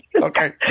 Okay